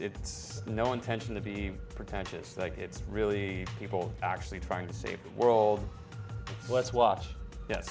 it's no intention to be pretentious like it's really people actually trying to save the world let's watch ye